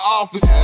office